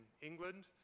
England